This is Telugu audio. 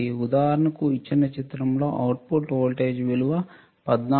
ఉదాహరణకు ఇచ్చిన చిత్రంలో అవుట్పుట్ వోల్టేజ్ విలువ 14